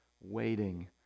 waiting